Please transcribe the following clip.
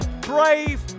Brave